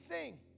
sing